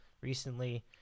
recently